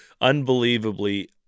unbelievably